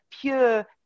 pure